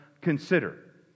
consider